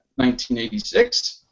1986